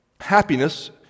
Happiness